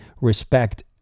respect